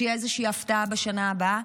שתהיה איזושהי הפתעה בשנה הבאה?